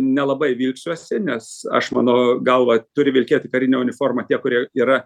nelabai vilksiuosi nes aš mano galva turi vilkėti karinę uniformą tie kurie yra